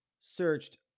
searched